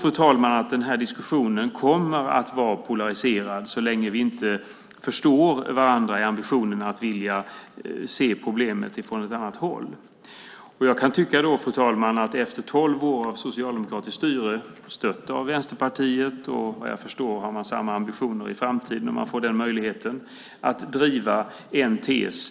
Jag tror att denna diskussion kommer att vara polariserad så länge som vi inte förstår varandra när det gäller ambitionen att vilja se problemet från ett annat håll. Vi har haft tolv år av socialdemokratiskt styre med stöd av Vänsterpartiet. Vad jag förstår har de samma ambitioner i framtiden om de får möjlighet att driva en tes.